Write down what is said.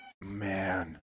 man